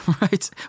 Right